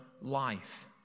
life